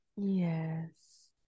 yes